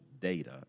data